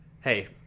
Hey